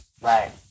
Right